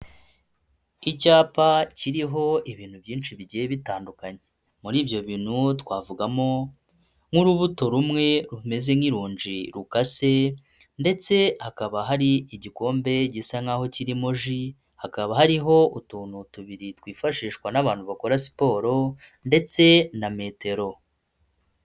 Icyapa kiriho ibintu byinshi bigiye bitandukanye, muri ibyo bintu twavugamo nk'urubuto rumwe rumeze nk'ironji rukase, ndetse hakaba hari igikombe gisa nk'aho kirimo ji, hakaba hariho utuntu tubiri twifashishwa n'abantu bakora siporo ndetse na metero.